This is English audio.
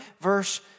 verse